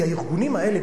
כי הארגונים האלה,